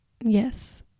yes